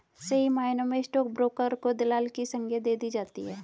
सही मायनों में स्टाक ब्रोकर को दलाल की संग्या दे दी जाती है